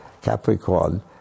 Capricorn